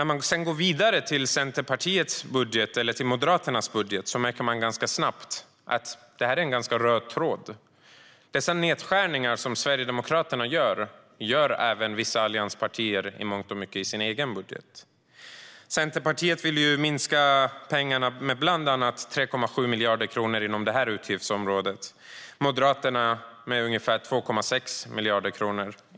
Om vi går vidare till Centerpartiets och Moderaternas budgetar ser man snabbt en röd tråd. De nedskärningar som Sverigedemokraterna gör gör även vissa allianspartier i mångt och mycket i sina egna budgetar. Centerpartiet vill minska med bland annat 3,7 miljarder kronor inom det här utgiftsområdet. Moderaterna vill minska med ungefär 2,6 miljarder kronor.